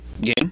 game